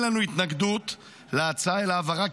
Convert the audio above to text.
אין לנו התנגדות להצעה, אלא העברה.